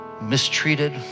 mistreated